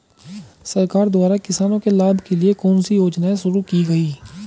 सरकार द्वारा किसानों के लाभ के लिए कौन सी योजनाएँ शुरू की गईं?